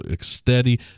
steady